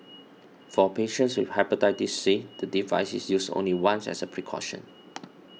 for patients Hepatitis C the device is used only once as a precaution